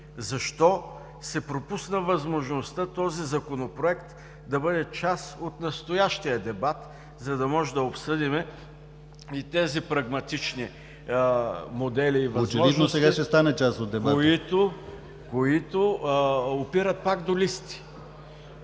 Защо се пропусна възможността този Законопроект да бъде част от настоящия дебат, за да може да обсъдим и тези прагматични модели и възможности? ПРЕДСЕДАТЕЛ ДИМИТЪР